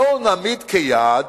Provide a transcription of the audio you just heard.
בואו נעמיד כיעד